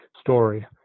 story